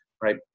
right